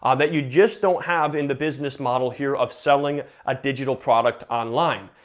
um that you just don't have in the business model here of selling a digital product online.